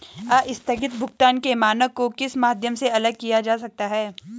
आस्थगित भुगतान के मानक को किस माध्यम से अलग किया जा सकता है?